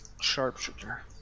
sharpshooter